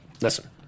listen